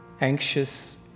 Anxious